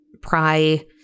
pry